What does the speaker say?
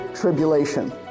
Tribulation